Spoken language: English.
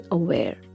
aware